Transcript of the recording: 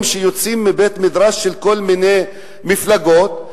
שיוצאים מבית-המדרש של כל מיני מפלגות,